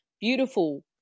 Beautiful